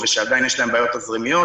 ושעדיין יש להם בעיות תזרימיות.